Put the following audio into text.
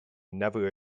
never